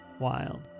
Wild